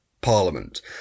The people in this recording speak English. Parliament